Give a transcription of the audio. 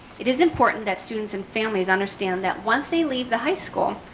it is important that students and families understand that once they leave the high school,